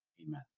Amen